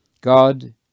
God